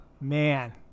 man